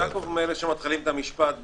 יעקב הוא מאלה שמתחילים את המשפט בלא.